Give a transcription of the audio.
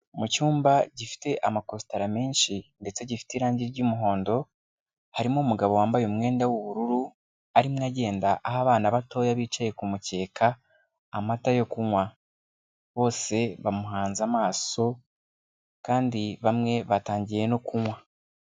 Mu cyumba gifite amakositara menshi ndetse gifite irangi ry'umuhondo; harimo umugabo wambaye umwenda w'ubururu arimo agenda aho abana batoya bicaye kumukeka amata yo kunywa. Bose bamuhanze amaso kandi bamwe batangiye no kunywa.